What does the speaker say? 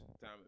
time